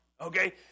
okay